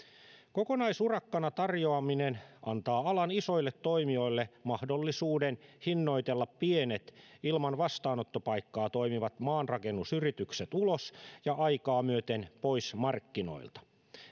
kokonaisurakkana tarjoaminen antaa alan isoille toimijoille mahdollisuuden hinnoitella pienet ilman vastaanottopaikkaa toimivat maanrakennusyritykset ulos ja aikaa myöten pois markkinoilta